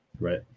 Right